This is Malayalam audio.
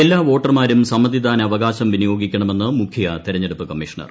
എല്ലാ വോട്ടർമാരും സ്മ്മതിദാനാവകാശം വിനിയോഗിക്കണ്ണ്ക്ക് മുഖ്യ തെരഞ്ഞെടുപ്പ് കമ്മീഷണർ